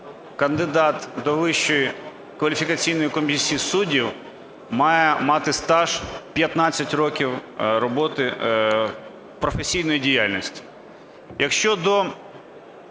суддів має мати стаж 15 років роботи професійної діяльності.